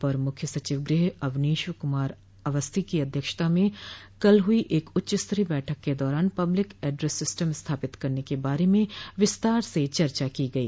अपर मुख्य सचिव गृह अवनीश कुमार अवस्थी की अध्यक्षता में कल हुई एक उच्चस्तरीय बैठक के दौरान पब्लिक एड्रेस सिस्टम स्थापित करने के बारे में विस्तार से चर्चा की गई